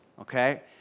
okay